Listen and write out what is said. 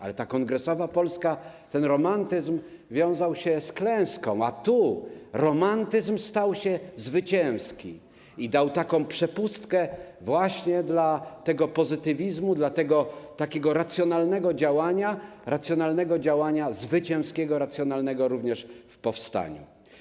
Ale w tej kongresowej Polsce ten romantyzm wiązał się z klęską, a tu romantyzm stał się zwycięski i dał taką przepustkę właśnie dla tego pozytywizmu, dla tego racjonalnego działania, racjonalnego działania zwycięskiego, racjonalnego również w powstaniu.